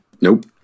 Nope